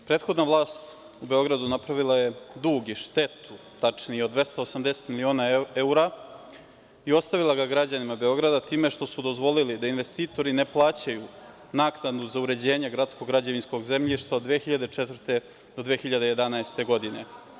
Prethodna vlast u Beogradu napravila je dug i štetu, tačnije od 280 miliona evra i ostavila ga građanima Beograda, time što su dozvolili da investitori ne plaćaju naknadu za uređenje gradskog građevinskog zemljišta od 2004. do 2011. godine.